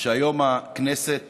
שהיום הכנסת